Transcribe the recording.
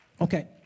Okay